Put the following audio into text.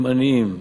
עם עניים,